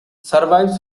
survives